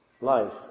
life